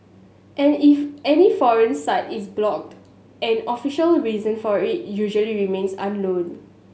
and if any foreign site is blocked an official reason for it usually remains unknown